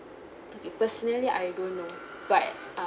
personally I don't know but uh